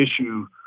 issue